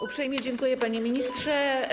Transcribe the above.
Uprzejmie dziękuję, panie ministrze.